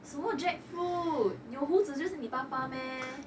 什么 jackfruit 有胡子就是你爸爸 meh